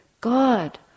God